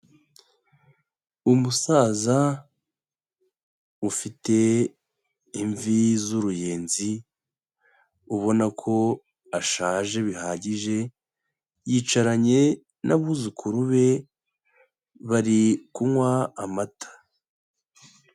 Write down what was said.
Umusaza ufite imvi z'uruyenzi ubona ko ashaje bihagije, yicaranye n'abuzukuru be bari kunywa amata.